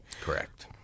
Correct